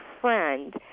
friend